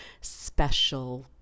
special